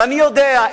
ואני יודע,